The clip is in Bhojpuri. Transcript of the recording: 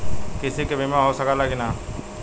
कृषि के बिमा हो सकला की ना?